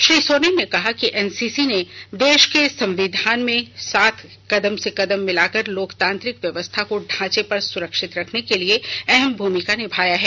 श्री सोरेन ने कहा कि एनसीसी ने देश के संविधान के साथ कदम से कदम मिलाकर लोकतांत्रिक व्यवस्था के ढांचे को संरक्षित रखने में अहम भूमिका निभाया है